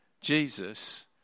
Jesus